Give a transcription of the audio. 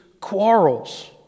quarrels